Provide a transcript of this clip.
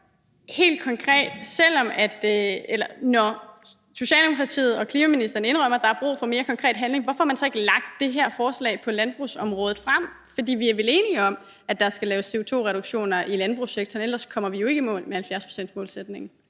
helt konkret: Når Socialdemokratiet og klimaministeren indrømmer, at der er brug for mere konkret handling, hvorfor har man så ikke lagt det her forslag på landbrugsområdet frem? For vi er vel enige om, at der skal laves CO2-reduktioner i landbrugssektoren; for ellers kommer vi jo ikke i mål med 70-procentsmålsætningen.